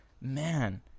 man